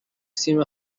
سیم